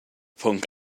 pwnc